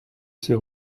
ces